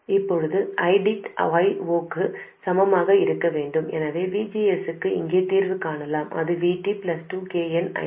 இப்போது ID I0 க்கு சமமாக இருக்க வேண்டும் எனவே VGS க்கு இங்கே தீர்வு காணலாம் அது Vt2kn ID